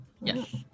yes